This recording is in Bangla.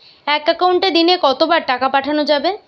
এক একাউন্টে দিনে কতবার টাকা পাঠানো যাবে?